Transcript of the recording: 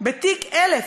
בתיק 1000,